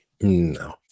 No